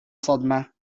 صدمة